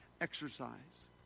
exercise